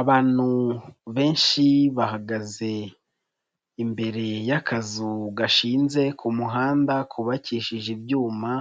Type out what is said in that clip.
Abantu benshi bahagaze imbere y'akazu gashinze ku muhanda kubakishije ibyuma,